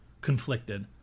conflicted